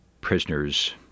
prisoners